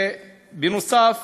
נוסף